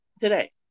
today